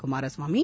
Kumaraswamy